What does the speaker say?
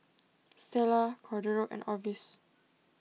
Stella Cordero and Orvis